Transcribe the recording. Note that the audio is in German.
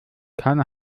keine